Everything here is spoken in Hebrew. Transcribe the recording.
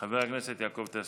חבר הכנסת יעקב טסלר.